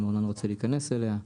אם אורנן רוצה להיכנס אליה.